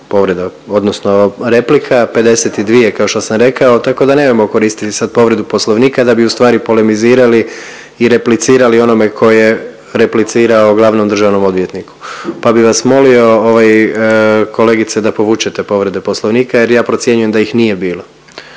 odnosno replika 52 kao što sam rekao. Tako da nemojmo koristiti sad povredu Poslovnika da bi u stvari polemizirali i replicirali onome tko je replicirao glavnom državnom odvjetniku, pa bih vas molio kolegice da povučete povrede Poslovnika jer ja procjenjujem da ih nije bilo.